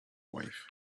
wife